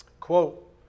Quote